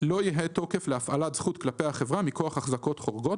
לא יהא תוקף להפעלת זכות כלפי החברה מכוח החזקות חורגות,